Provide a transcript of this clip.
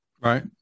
right